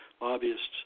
lobbyists